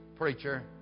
Preacher